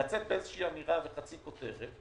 לצאת באיזושהי אמירה וחצי כותרת,